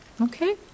Okay